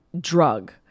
drug